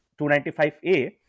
295a